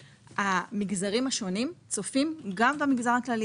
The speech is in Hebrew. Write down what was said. המגזרים השונים צופים גם במגזר הכללי,